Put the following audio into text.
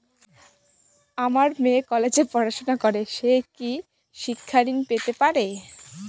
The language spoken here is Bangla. আমার মেয়ে কলেজে পড়াশোনা করে সে কি শিক্ষা ঋণ পেতে পারে?